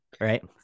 Right